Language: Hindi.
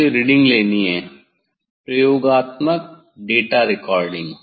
मुझे रीडिंग लेनी है प्रयोगात्मक डेटा रिकॉर्डिंग